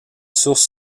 sources